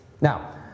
Now